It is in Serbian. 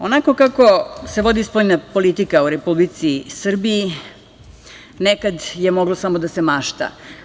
Onako kako se vodi spoljna politika u Republici Srbiji nekad je moglo samo da se mašta.